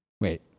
Wait